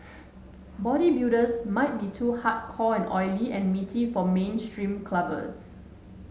bodybuilders might be too hardcore and oily and meaty for mainstream clubbers